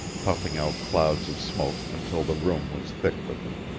puffing out clouds of smoke until the room was thick with it.